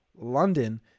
London